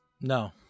No